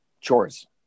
chores